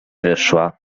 wyszła